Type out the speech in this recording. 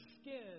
skin